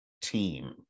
team